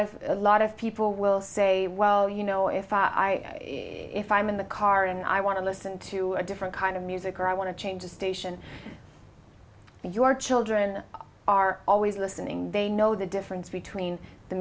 of a lot of people will say well you know if i if i'm in the car and i want to listen to a different kind of music or i want to change a station but your children are always listening they know the difference between the